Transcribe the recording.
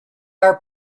are